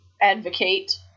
advocate